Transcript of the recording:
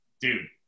dude